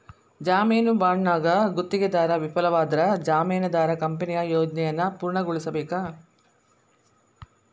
ಜಾಮೇನು ಬಾಂಡ್ನ್ಯಾಗ ಗುತ್ತಿಗೆದಾರ ವಿಫಲವಾದ್ರ ಜಾಮೇನದಾರ ಕಂಪನಿಯ ಯೋಜನೆಯನ್ನ ಪೂರ್ಣಗೊಳಿಸಬೇಕ